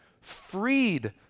freed